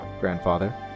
Grandfather